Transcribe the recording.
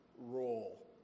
role